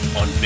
on